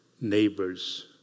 neighbor's